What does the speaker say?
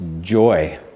joy